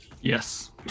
yes